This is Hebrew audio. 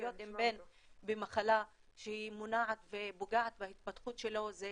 להיות עם בן במחלה שהיא מונעת ופוגעת בהתפתחות שלו זה